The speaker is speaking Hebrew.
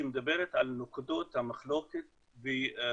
שדיברה על נקודות המחלוקת וגם